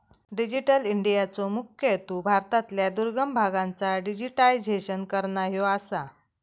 digital इंडियाचो मुख्य हेतू भारतातल्या दुर्गम भागांचा डिजिटायझेशन करना ह्यो आसा